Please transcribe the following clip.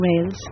rails